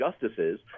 justices